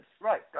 Right